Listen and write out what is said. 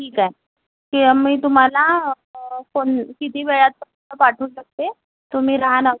ठीक आहे किंवा मी तुम्हाला फोन किती वेळात पाठवून देते तुम्ही राहा ना